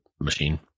machine